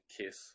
Kiss